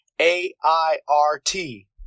A-I-R-T